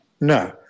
no